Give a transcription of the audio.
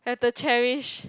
have to cherish